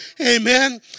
Amen